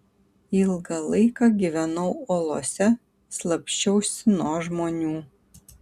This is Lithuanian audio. ilgą laiką gyvenau olose slapsčiausi nuo žmonių